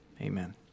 Amen